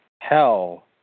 Hell